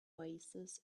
oasis